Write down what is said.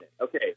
Okay